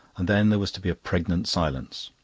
and then there was to be a pregnant silence.